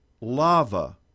lava